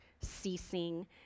ceasing